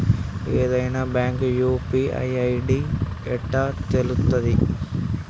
ఏదైనా bank UPI ID ఎట్లా తెలుత్తది?